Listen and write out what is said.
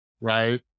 right